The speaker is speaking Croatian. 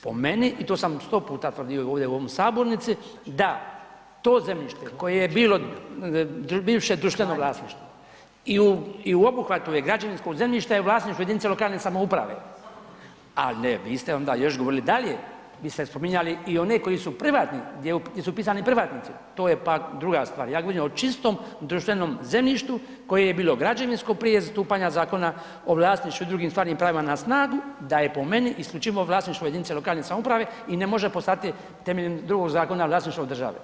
Po meni, i to sam sto puta tvrdio i ovdje u ovoj sabornici, da to zemljište koje je bilo bivše društveno vlasništvo i u obuhvatu je građevinsko zemljište je vlasništvo jedinice lokalne samouprave, ali ne, vi ste onda još govorili dalje, vi ste spominjali i one koji su privatni, gdje su upisani privatnici, to je pak druga stvar, ja govorim o čistom društvenom zemljištu koje je bilo građevinsko prije stupanja Zakona o vlasništvu i drugim stvarnim pravima na snagu, da je po meni isključivo vlasništvo jedinica lokalne samouprave i ne može postati temeljem drugog zakona vlasništvo države.